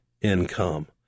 income